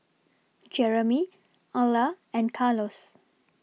Jeremy Alla and Carlos